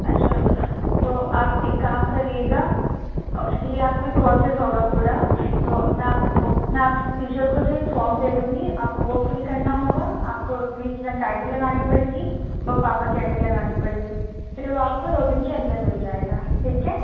اچھا تو آپ ایک کام کریے گا اس کے لیے آپ کو ایک پروسیس ہوگا پورا تو میں آپ کو میں آپ کی ٹیچر کو ایک فارم دے دوں گی آپ کو وہ فل کرنا ہوگا آپ کو اس میں اسٹوڈینٹ آئی ڈی لگانی پڑے گی اور پاپا کی آئی ڈی لگانی پڑے گی پھر وہ آپ کو دو دن کے اندر مل جائے گا ٹھیک ہے